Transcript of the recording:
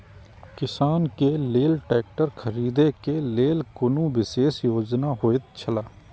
किसान के लेल ट्रैक्टर खरीदे के लेल कुनु विशेष योजना होयत छला?